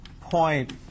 point